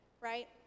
right